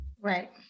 Right